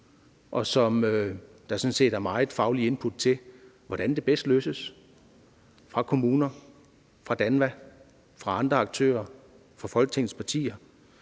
set meget fagligt input til, hvordan opgaven bedst løses, fra kommuner, fra DANVA, fra andre aktører og fra Folketingets partier.